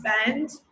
spend